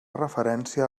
referència